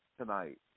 tonight